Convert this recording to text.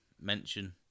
mention